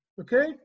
okay